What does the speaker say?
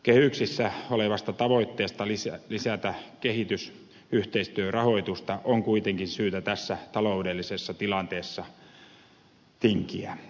kehyksissä olevasta tavoitteesta lisätä kehitysyhteistyörahoitusta on kuitenkin syytä tässä taloudellisessa tilanteessa tinkiä